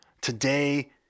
Today